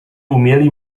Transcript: umieli